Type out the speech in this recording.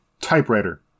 Typewriter